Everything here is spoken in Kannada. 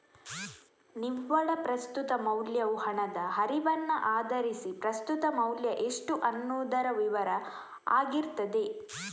ನಿವ್ವಳ ಪ್ರಸ್ತುತ ಮೌಲ್ಯವು ಹಣದ ಹರಿವನ್ನ ಆಧರಿಸಿ ಪ್ರಸ್ತುತ ಮೌಲ್ಯ ಎಷ್ಟು ಅನ್ನುದರ ವಿವರ ಆಗಿರ್ತದೆ